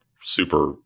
super